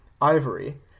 ivory